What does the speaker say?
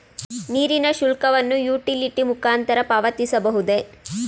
ನೀರಿನ ಶುಲ್ಕವನ್ನು ಯುಟಿಲಿಟಿ ಮುಖಾಂತರ ಪಾವತಿಸಬಹುದೇ?